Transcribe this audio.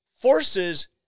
forces